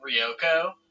Ryoko